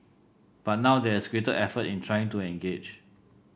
but now there is greater effort in trying to engage